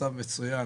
המצב מצוין,